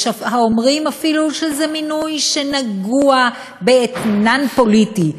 יש האומרים אפילו שזה מינוי שנגוע באתנן פוליטי.